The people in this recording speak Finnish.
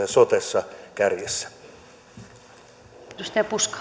ja sotessa kärjessä arvoisa